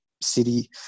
City